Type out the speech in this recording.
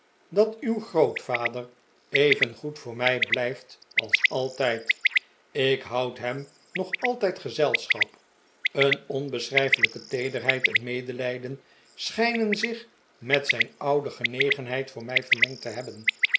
dat uw grootvader even goed voor mij blijft als altijd ik houd hem nog altijd gezelschap een onbeschrijfelijke teederheid en medelijden schijnen zich met zijn oude genegenheid voor mij vermengd te hebben